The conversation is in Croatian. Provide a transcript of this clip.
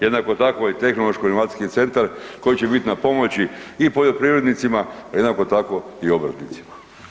Jednako tako i Tehnološko informacijski centar koji će bit na pomoći i poljoprivrednicima, a jednako tako i obrtnicima.